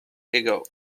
ago